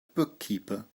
bookkeeper